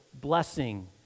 blessing